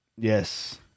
Yes